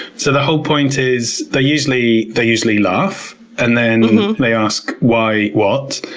so the whole point is they usually they usually laugh and then they ask, why? what?